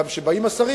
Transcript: כשבאים השרים,